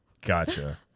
Gotcha